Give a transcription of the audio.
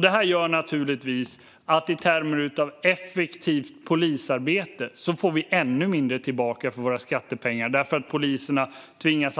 Detta gör naturligtvis att vi i termer av effektivt polisarbete får ännu mindre tillbaka för våra skattepengar, för poliserna som tvingas